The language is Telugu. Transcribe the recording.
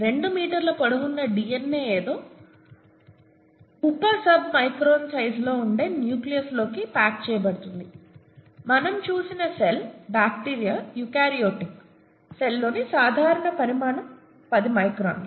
2 మీటర్ల పొడవున్న డీఎన్ఏ ఏదో ఉప మైక్రోస్కోపిక్ సబ్ మైక్రాన్ సైజులో ఉండే న్యూక్లియస్లోకి ప్యాక్ చేయబడింది మనం చూసిన సెల్ బ్యాక్టీరియా యూకారియోటిక్ సెల్లోని సాధారణ పరిమాణం 10 మైక్రాన్